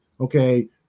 okay